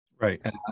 right